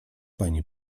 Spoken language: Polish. pani